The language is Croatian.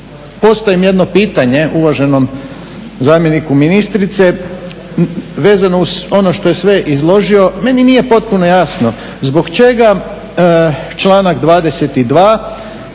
postavim jedno pitanje uvaženom zamjeniku ministrice vezano uz ono što je sve izložio, meni nije potpuno jasno zbog čega članak 22.